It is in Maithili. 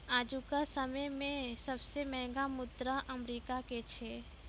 आजुका समय मे सबसे महंगा मुद्रा अमेरिका के छै